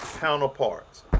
counterparts